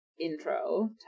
intro